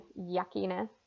yuckiness